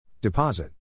Deposit